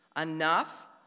Enough